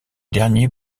dernier